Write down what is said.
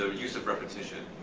ah use of repetition.